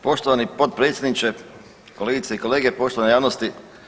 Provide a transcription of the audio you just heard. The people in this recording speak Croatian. Poštovani potpredsjedniče, kolegice i kolege, poštovana javnosti.